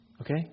Okay